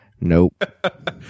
nope